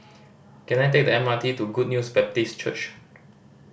can I take the M R T to Good News Baptist Church